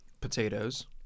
potatoes